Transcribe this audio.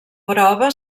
prova